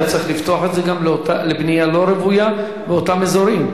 היה צריך לפתוח את זה גם לבנייה לא רוויה באותם אזורים,